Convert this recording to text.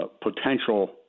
potential